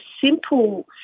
simple